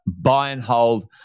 buy-and-hold